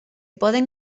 poden